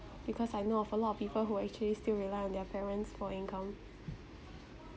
because I know of a lot of people who are actually still rely on their parents for income